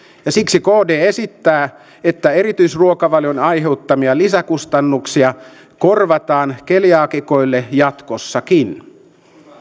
ja siksi kd esittää että erityisruokavalion aiheuttamia lisäkustannuksia korvataan keliaakikoille jatkossakin